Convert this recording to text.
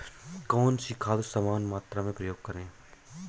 कौन सी खाद समान मात्रा में प्रयोग करें?